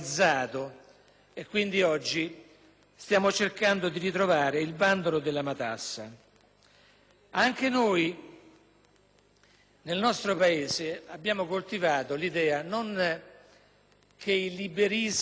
Quindi oggi stiamo cercando di ritrovare il bandolo della matassa. Anche noi italiani abbiamo coltivato l'idea che quel liberismo